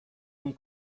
اون